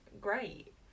great